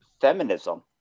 feminism